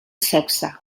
sexe